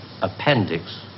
appendix